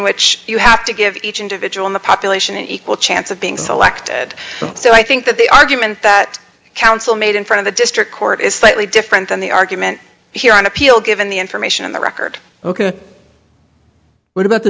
which you have to give each individual in the population an equal chance of being selected so i think that the argument that counsel made in front of the district court is slightly different than the argument here on appeal given the information in the record ok what about the